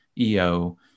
EO